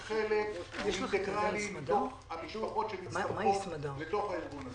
הילדים הם חלק אינטגרלי מהמשפחות שמצטרפות לארגון הזה.